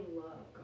love